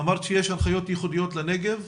אמרת שיש הנחיות ייחודיות לנגב.